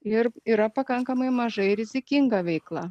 ir yra pakankamai mažai rizikinga veikla